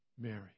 Mary